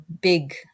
big